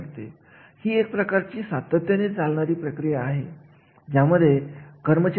जेव्हा आपण जास्त किमतीच्या कार्याविषयी बोलत असतो त्यावेळेस अशा कार्यासाठी प्रशिक्षण दिले जाते